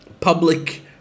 Public